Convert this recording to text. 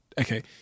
Okay